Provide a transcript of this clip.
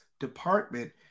department